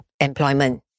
employment